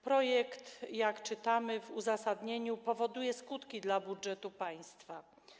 Projekt, jak czytamy w uzasadnieniu, powoduje skutki dla budżetu państwa.